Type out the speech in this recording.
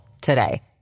today